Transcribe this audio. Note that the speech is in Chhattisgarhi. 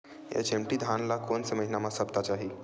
एच.एम.टी धान ल कोन से महिना म सप्ता चाही?